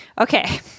Okay